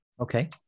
okay